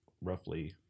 roughly